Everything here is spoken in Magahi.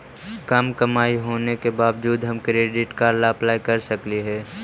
कम कमाई होने के बाबजूद हम क्रेडिट कार्ड ला अप्लाई कर सकली हे?